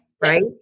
right